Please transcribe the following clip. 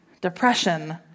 depression